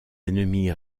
ennemis